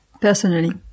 personally